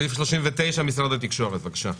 סעיף 39 - משרד התקשורת, בבקשה.